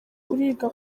uriga